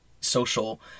social